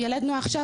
ילדנו עכשיו.